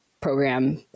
program